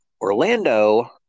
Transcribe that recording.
Orlando